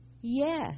Yes